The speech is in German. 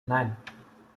nein